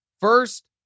First